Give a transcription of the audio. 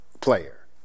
player